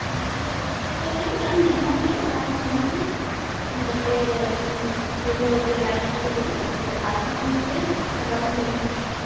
ᱱᱤᱭᱟᱹ ᱠᱚᱨᱮ ᱨᱟᱱ ᱧᱟᱢᱚᱜ ᱜᱮᱭᱟ ᱨᱟᱱ ᱧᱟᱢᱚᱜᱼᱟ ᱤᱧ ᱜᱟᱛᱮ ᱩᱱᱤ ᱠᱩᱲᱦᱟᱹᱛᱮ ᱵᱟᱭ ᱱᱚᱥᱴᱚ ᱫᱟᱲᱮᱭᱟᱜ ᱚᱱᱟ ᱨᱮᱱᱟᱜ ᱨᱟᱱ ᱦᱚᱸ ᱢᱮᱱᱟᱜ ᱜᱮᱭᱟ ᱞᱟᱜᱟᱣ ᱦᱩᱭᱩᱜᱼᱟ ᱚᱱᱟ ᱨᱟᱱ